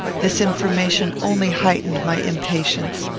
this information only heightened my impatience.